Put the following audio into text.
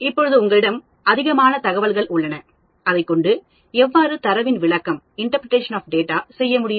இப்பொழுது உங்களிடம் அதிகமான தகவல்கள் உள்ளன அதைக்கொண்டு எவ்வாறு தரவின் விளக்கம் Interpretation of the data செய்ய முடியும்